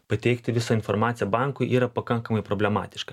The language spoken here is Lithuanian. pateikti visą informaciją bankui yra pakankamai problematiška